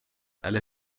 eller